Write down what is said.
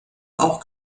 auch